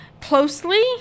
closely